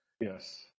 yes